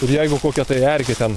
ir jeigu kokia tai erkė ten